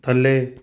ਥੱਲੇ